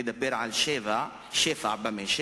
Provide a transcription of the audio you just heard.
קורסת מול עיני לגבי אי-חשיבותם של סגני